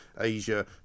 Asia